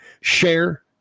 Share